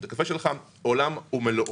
עולם ומלואו.